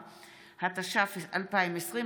התש"ף 2020,